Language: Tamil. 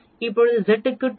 இப்போது Z க்கு 2